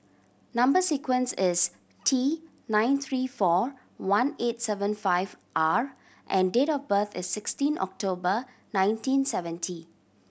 number sequence is T nine three four one eight seven five R and date of birth is sixteen October nineteen seventy